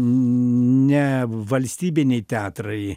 nevalstybiniai teatrai